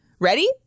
Ready